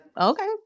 Okay